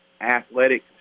athletic